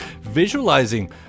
visualizing